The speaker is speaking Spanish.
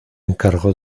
encargó